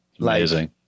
Amazing